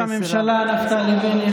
אדוני ראש הממשלה נפתלי בנט,